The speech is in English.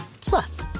plus